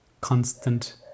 constant